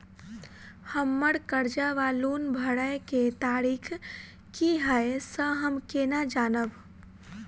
हम्मर कर्जा वा लोन भरय केँ तारीख की हय सँ हम केना जानब?